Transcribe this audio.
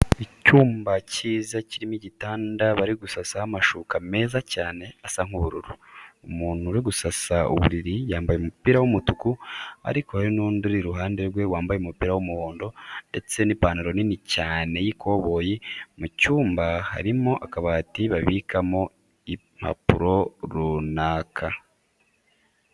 Icyumba cyiza kirimo igitanda bari gusasaho amshuka meza cyane asa nk'ubururu. Umuntu uri gusasa uburiri yambaye umupira w'umutuku ariko hari n'undi uri iruhande rwe wambaye umupira w'umuhondo ndetse n'ipantaro nini cyane y'ikoboyi. Mu cyumba harimo akabati babikamo impapuro runaka.